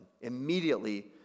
Immediately